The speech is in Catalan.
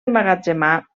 emmagatzemar